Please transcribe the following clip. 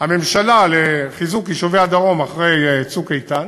הממשלה לחיזוק יישובי הדרום אחרי "צוק איתן",